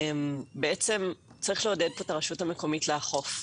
בעצם צריך לעודד פה את הרשות המקומית לאכוף,